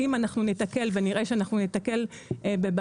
אם אנחנו ניתקל ואנחנו נראה שניתקל בבעיות,